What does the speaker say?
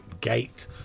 gate